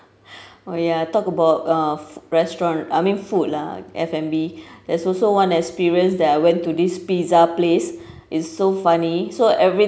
oh ya talk about uh restaurant I mean food lah F&B there's also one experience that I went to this pizza place is so funny so every